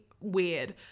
weird